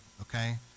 okay